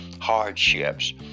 hardships